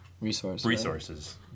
resources